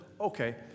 okay